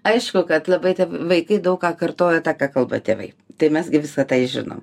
aišku kad labai vaikai daug ką kartoja tą ką kalba tėvai tai mes gi visa tai žinom